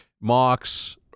Mox